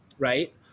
right